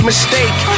mistake